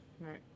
Right